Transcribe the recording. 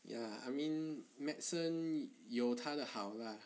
ya I mean medicine 有它的好 lah